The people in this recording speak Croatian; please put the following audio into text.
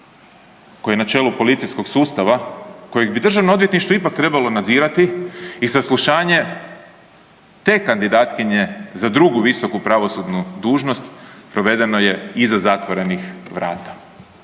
koji je na čelu policijskog sustava kojeg bi Državno odvjetništvo ipak trebalo nadzirati i saslušanje te kandidatkinje za drugu visoku pravosudnu dužnost provedeno je iza zatvorenih vrata.